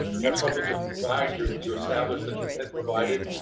you have something to provide, you you established that you can provide it,